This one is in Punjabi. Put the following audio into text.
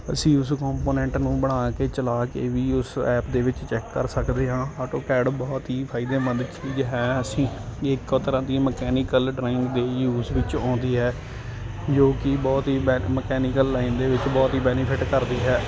ਅਸੀਂ ਉਸ ਕੰਪੋਨੈਂਟ ਨੂੰ ਬਣਾ ਕੇ ਚਲਾ ਕੇ ਵੀ ਉਸ ਐਪ ਦੇ ਵਿੱਚ ਚੈੱਕ ਕਰ ਸਕਦੇ ਹਾਂ ਆਟੋਕੈਡ ਬਹੁਤ ਹੀ ਫ਼ਾਇਦੇਮੰਦ ਚੀਜ਼ ਹੈ ਅਸੀਂ ਇਹ ਇੱਕ ਤਰ੍ਹਾਂ ਦੀ ਮਕੈਨੀਕਲ ਡਰਾਇੰਗ ਦੀ ਯੂਜ ਵਿੱਚ ਆਉਂਦੀ ਹੈ ਜੋ ਕਿ ਬਹੁਤ ਹੀ ਬੈ ਮਕੈਨੀਕਲ ਲਾਈਨ ਦੇ ਵਿੱਚ ਬਹੁਤ ਹੀ ਬੈਨੀਫਿਟ ਕਰਦੀ ਹੈ